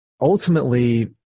Ultimately